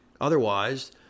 Otherwise